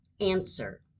Answer